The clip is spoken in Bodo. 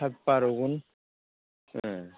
सात बार' गुन ए